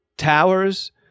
towers